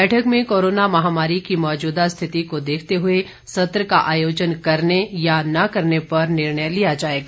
बैठक में कोरोना महामारी की मौजूदा स्थिति को देखते हुए सत्र का आयोजन करने या ना करने पर निर्णय लिया जाएगा